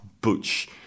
butch